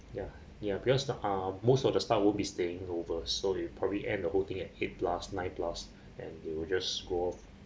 ya ya because ah most of the staff won't be staying over so we probably end the whole thing at last night last and they will just go off